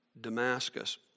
Damascus